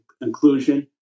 inclusion